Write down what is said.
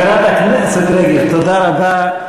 חברת הכנסת רגב, תודה רבה.